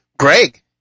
Greg